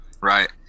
right